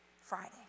Friday